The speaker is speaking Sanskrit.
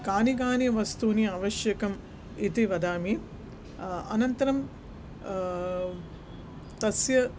कानि कानि वस्तूनि आवश्यकानि इति वदामि अनन्तरं तस्य